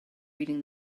reading